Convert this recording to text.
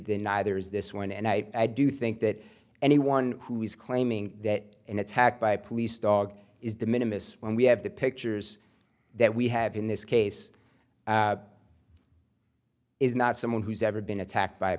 neither is this one and i do think that anyone who is claiming that an attack by a police dog is the minimus when we have the pictures that we have in this case is not someone who's ever been attacked by a